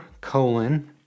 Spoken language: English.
colon